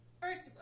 First